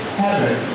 heaven